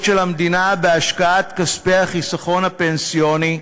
של המדינה בהשקעת כספי החיסכון הפנסיוני.